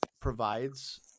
provides